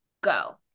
go